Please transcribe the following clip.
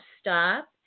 stop